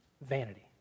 Vanity